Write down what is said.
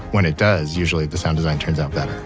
when it does, usually the sound design turns out better